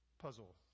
puzzle